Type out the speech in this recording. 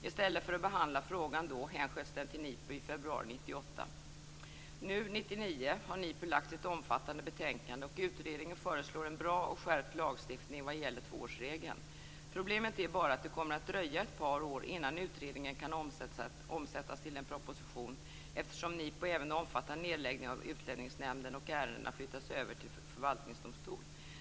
I stället för att behandla frågan då hänsköts den i februari 1998 till NIPU har nu i februari 1999 lagt sitt omfattande betänkande, och utredningen föreslår en bra och skärpt lagstiftning vad gäller tvåårsregeln. Problemet är bara att det kommer att dröja ett par år innan utredningen kan omsättas i en proposition eftersom NIPU även omfattar nedläggning av Utlänningsnämnden och ärendena flyttas över till förvaltningsdomstol.